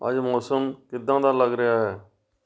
ਅੱਜ ਮੌਸਮ ਕਿੱਦਾਂ ਦਾ ਲੱਗ ਰਿਹਾ ਹੈ